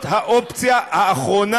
שעשו עבודה טובה.